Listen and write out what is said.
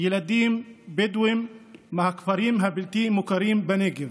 ילדים בדואים מהכפרים הבלתי-מוכרים בנגב.